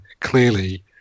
clearly